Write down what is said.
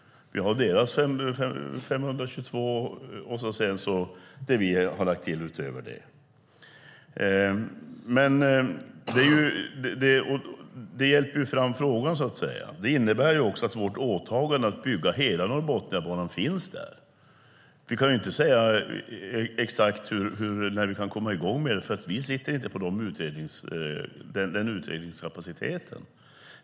Vi har regeringens 522 miljarder och det som vi har lagt till utöver det. Det hjälper fram frågan, så att säga. Det innebär också att vårt åtagande att bygga hela Norrbotniabanan finns där. Vi kan inte säga exakt när vi kan komma i gång med det, för vi sitter inte på den utredningskapaciteten.